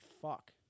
Fuck